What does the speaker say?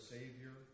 Savior